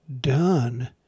done